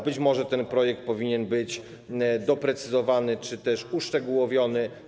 Być może ten projekt powinien być doprecyzowany czy też uszczegółowiony.